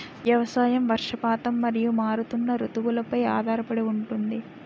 వ్యవసాయం వర్షపాతం మరియు మారుతున్న రుతువులపై ఆధారపడి ఉంటుంది